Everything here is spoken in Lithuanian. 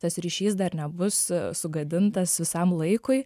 tas ryšys dar nebus sugadintas visam laikui